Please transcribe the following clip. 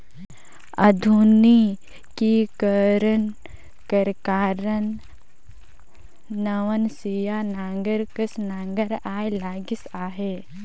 आधुनिकीकरन कर कारन नवनसिया नांगर कस नागर आए लगिस अहे